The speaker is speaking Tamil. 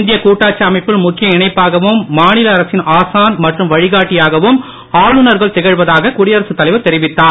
இந்திய கூட்டாட்சி அமைப்பில் முக்கிய இணைப்பாகவும் மாநில அரசின் ஆசான் மற்றும் வழிகாட்டியாகவும் ஆளுநர்கள் திகழ்வதாக குடியரசு தலைவர் தெரிவித்தார்